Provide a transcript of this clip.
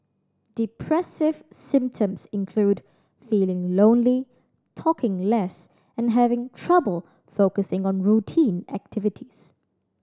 depressive symptoms include feeling lonely talking less and having trouble focusing on routine activities